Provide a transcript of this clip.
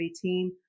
team